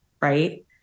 Right